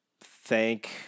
thank